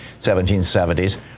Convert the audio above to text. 1770s